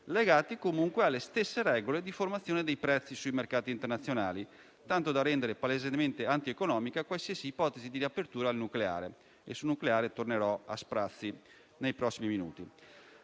legati comunque alle stesse regole di formazione dei prezzi sui mercati internazionali, tanto da rendere palesemente antieconomica qualsiasi ipotesi di riapertura al nucleare (e sul nucleare tornerò a sprazzi nei prossimi minuti).